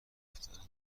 گفتن